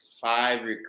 five